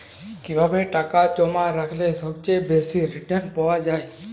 কিভাবে টাকা জমা রাখলে সবচেয়ে বেশি রির্টান পাওয়া য়ায়?